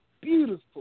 beautiful